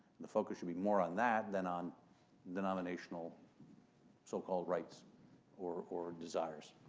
the focus should be more on that than on denominational so-called rights or or desires.